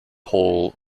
hall